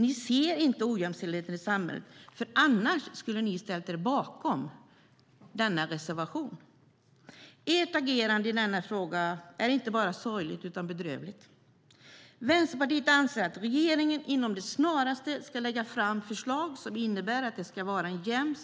Ni ser inte ojämställdheten i samhället, för annars skulle ni ha ställt er bakom denna reservation. Ert agerande i denna fråga är inte bara sorgligt utan bedrövligt. Vänsterpartiet anser att regeringen snarast ska lägga fram förslag som innebär att det ska vara en jämn